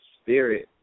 spirit